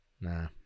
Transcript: Nah